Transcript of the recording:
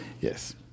Yes